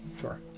sure